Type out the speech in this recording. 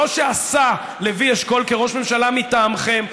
לא רק שעשה לוי אשכול כראש ממשלה מטעמכם,